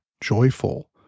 joyful